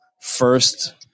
first